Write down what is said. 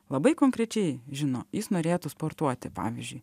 labai konkrečiai žino jis norėtų sportuoti pavyzdžiui